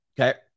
Okay